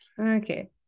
Okay